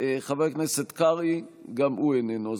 חבר הכנסת קרעי, גם הוא איננו.